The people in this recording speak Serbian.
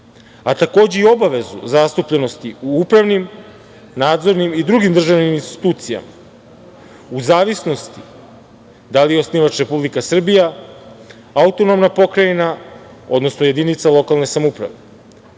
a takođe i obavezu zastupljenosti u upravnim, nadzornim i drugim državnim institucijama, u zavisnosti od toga da li je osnivač Republika Srbija, autonomna pokrajina, odnosno jedinica lokalne samouprave,